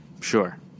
Sure